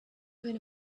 food